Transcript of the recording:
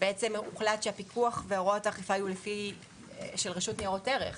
הוחלט שהפיקוח והוראות האכיפה יהיו של רשות ניירות ערך.